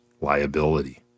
liability